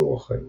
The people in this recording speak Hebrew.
מחזור החיים